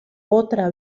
otra